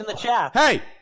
hey